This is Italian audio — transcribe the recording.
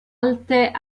alte